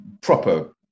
proper